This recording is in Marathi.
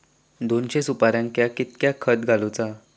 दोनशे सुपार्यांका कितक्या खत घालूचा?